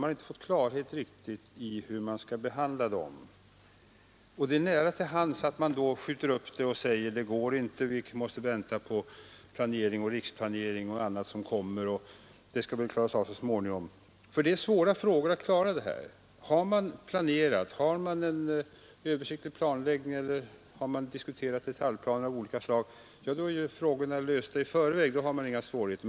Man har inte riktigt fått klarhet i hur man skall behandla dem, och då ligger det nära till hands att man skjuter upp behandlingen och säger: Det går inte — vi måste vänta på riksplanering och annat som väl kommer att klaras av så småningom. Och detta är svåra frågor. Har man en översiktlig planläggning eller har man diskuterat detaljplaner av olika slag är ju frågorna lösta i förväg, och då är det inga svårigheter.